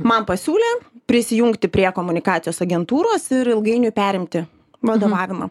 man pasiūlė prisijungti prie komunikacijos agentūros ir ilgainiui perimti vadovavimą